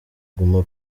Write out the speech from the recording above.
guma